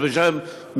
ואת